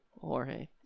Jorge